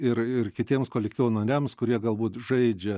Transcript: ir ir kitiems kolektyvo nariams kurie galbūt žaidžia